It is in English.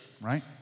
right